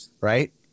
Right